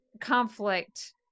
conflict